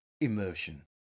immersion